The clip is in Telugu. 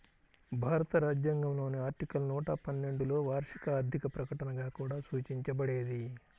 భారత రాజ్యాంగంలోని ఆర్టికల్ నూట పన్నెండులోవార్షిక ఆర్థిక ప్రకటనగా కూడా సూచించబడేది